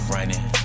Running